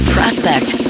Prospect